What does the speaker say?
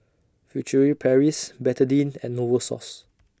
Furtere Paris Betadine and Novosource